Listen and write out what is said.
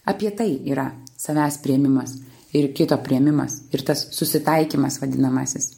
apie tai yra savęs priėmimas ir kito priėmimas ir tas susitaikymas vadinamasis